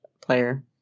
player